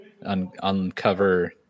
uncover